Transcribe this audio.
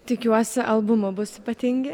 tikiuosi albumu bus ypatingi